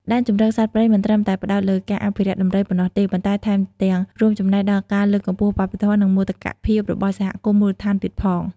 ដែនជម្រកសត្វព្រៃមិនត្រឹមតែផ្តោតលើការអភិរក្សដំរីប៉ុណ្ណោះទេ ប៉ុន្តែថែមទាំងរួមចំណែកដល់ការលើកកម្ពស់វប្បធម៌ និងមោទកភាពរបស់សហគមន៍មូលដ្ឋានទៀតផង។